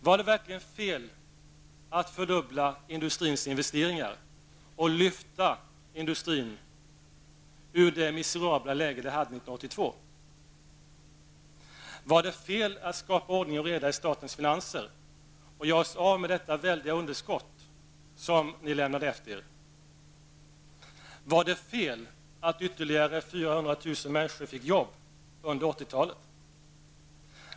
Var det verkligen felaktigt att fördubbla industrins investeringar och lyfta industrin ur det miserabla läget 1982? Var det fel att skapa ordning och reda i statens finanser och göra oss av med det väldiga underskott som ni lämnade efter er? Var det fel att ytterligare 400 000 människor fick jobb under 80-talet?